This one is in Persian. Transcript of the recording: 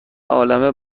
عالمه